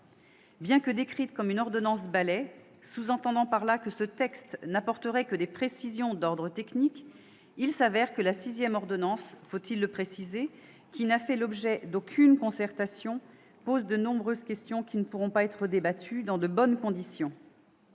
Bien que décrite comme une « ordonnance balai », ce qui sous-entend que ce texte n'apporterait que des précisions d'ordre technique, il s'avère que la sixième ordonnance, qui, faut-il le préciser, n'a fait l'objet d'aucune concertation, pose de nombreuses questions qui ne pourront pas être débattues dans de bonnes conditions.